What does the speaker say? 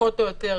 פחות או יותר,